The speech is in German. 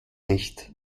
nicht